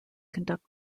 conduct